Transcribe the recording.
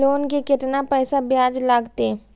Loan के केतना पैसा ब्याज लागते?